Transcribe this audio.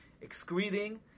excreting